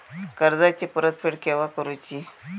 कर्जाची परत फेड केव्हा करुची?